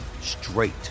straight